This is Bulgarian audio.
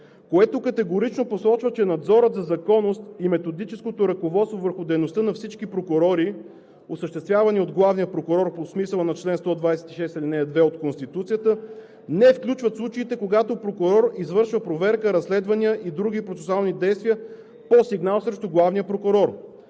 което категорично посочва, че надзорът за законност и методическото ръководство върху дейността на всички прокурори, осъществявани от главния прокурор по смисъла на чл. 126, ал. 2 от Конституцията, не включват случаите, когато прокурор извършва проверка, разследвания и други процесуални действия по сигнал срещу главния прокурор.